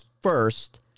first